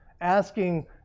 asking